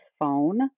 phone